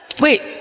Wait